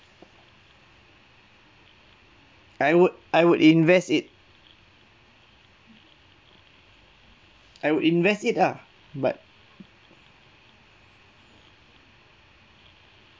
I would I would invest it I would invest it ah but